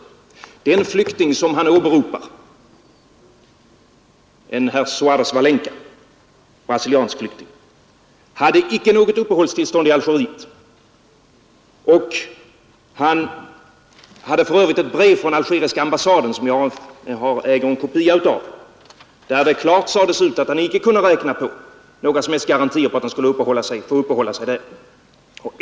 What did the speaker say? För det första hade den brasilianske flykting som han åberopade, en herr Soares Valenca, icke något uppehållstillstånd i Algeriet. Han hade för övrigt ett brev från algeriska ambassaden — som jag äger en kopia av — där det klart sades ut att han icke kunde räkna på några som helst garantier för att han skulle få uppehålla sig där.